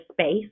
space